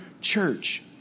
church